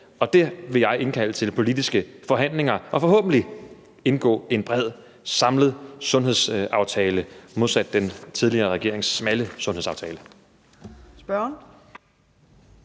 jeg vil indkalde til politiske forhandlinger og forhåbentlig indgå en bred samlet sundhedsaftale modsat den tidligere regerings smalle sundhedsaftale.